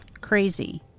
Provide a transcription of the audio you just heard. Crazy